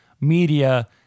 media